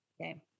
Okay